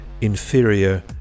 inferior